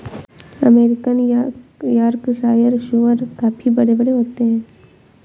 American Yorkshire सूअर काफी बड़े बड़े होते हैं